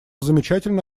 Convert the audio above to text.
замечательно